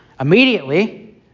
Immediately